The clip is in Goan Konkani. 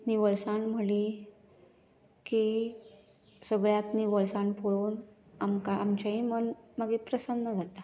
निवळसाण म्हळी की सगळ्याक निवळसाण पळोवन आमकां आमचेय मन मागीर प्रसन्न जाता